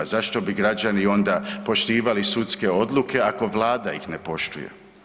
Zašto bi građani onda poštivali sudske odluke, ako Vlada ih ne poštuje?